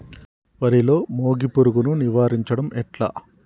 వరిలో మోగి పురుగును నివారించడం ఎట్లా?